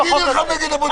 אני נלחם נגד הבודדים.